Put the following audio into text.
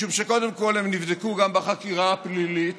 משום שקודם כול הם נבדקו גם בחקירה הפלילית,